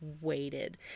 waited